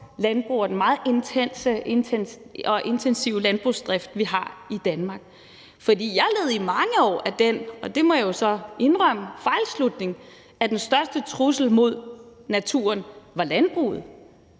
landbrug og den meget intensive landbrugsdrift, vi har i Danmark. For jeg led i mange år af den fejlslutning – det må jeg jo så indrømme – at den største trussel mod naturen var landbruget.